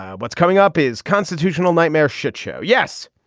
ah what's coming up is constitutional nightmare shit show. yes.